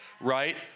right